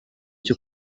cyo